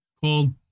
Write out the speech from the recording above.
called